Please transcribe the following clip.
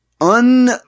un